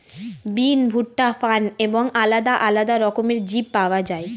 বিন, ভুট্টা, ফার্ন এবং আলাদা আলাদা রকমের বীজ পাওয়া যায়